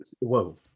Whoa